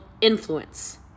influence